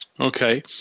Okay